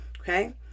Okay